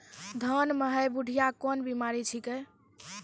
धान म है बुढ़िया कोन बिमारी छेकै?